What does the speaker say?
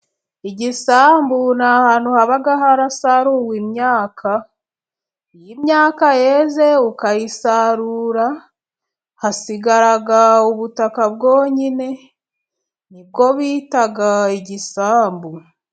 Igisambu ni ahantu haba harasaruwe imyaka. Iyo imyaka yeze ukayisarura hasigara ubutaka bwonyine ni bwo bita igisambu.